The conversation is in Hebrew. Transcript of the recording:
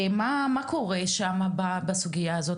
מה קורה שם בסוגיה הזאת,